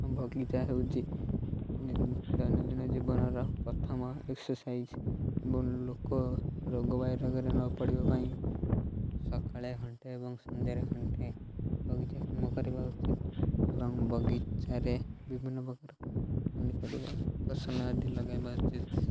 ବଗିଚା ହେଉଛି ଦୈନନ୍ଦିନ ଜୀବନର ପ୍ରଥମ ଏକ୍ସର୍ସାଇଜ ଏବଂ ଲୋକ ରୋଗ ବାଇରୋଗରେ ନପଡ଼ିବା ପାଇଁ ସକାଳେ ଘଣ୍ଟେ ଏବଂ ସନ୍ଧ୍ୟାରେ ଘଣ୍ଟେ ବଗିଚା କାମ କରିବା ଉଚିତ ଏବଂ ବଗିଚାରେ ବିଭିନ୍ନ ପ୍ରକାର ପନିପରିବା ଫସଲ ଆଦି ଲଗାଇବା ଉଚିତ